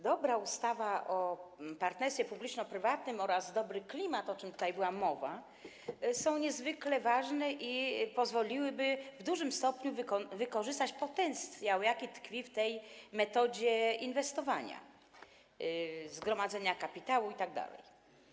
Dobra ustawa o partnerstwie publiczno-prywatnym oraz dobry klimat, o czym tutaj była mowa, są niezwykle ważne i pozwoliłyby w dużym stopniu wykorzystać potencjał, jaki tkwi w tej metodzie inwestowania, zgromadzenia kapitału itd.